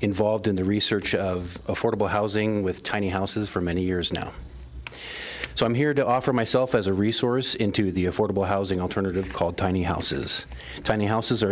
involved in the research of fordable housing with tiny houses for many years now so i'm here to offer myself as a resource into the affordable housing alternative called tiny houses tiny houses